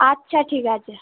আচ্ছা ঠিক আছে